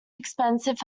expensive